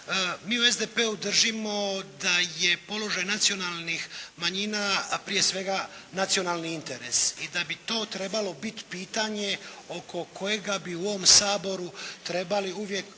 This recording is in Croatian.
Mi u SDP-u držimo da je položaj nacionalnih manjina prije svega nacionalni interes i da bi to trebalo biti pitanje oko kojega bi u ovom Saboru trebali uvijek